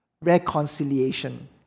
reconciliation